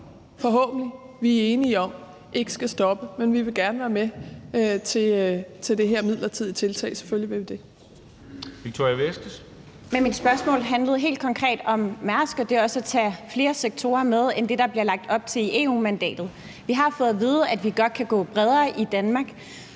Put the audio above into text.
forhåbentlig vi er enige om ikke skal ske. Men vi vil gerne være med til det her midlertidige tiltag.